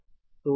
यह कितना होगा